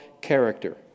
character